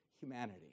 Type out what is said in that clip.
humanity